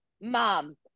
mom